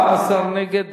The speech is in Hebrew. הסתייגות